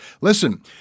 Listen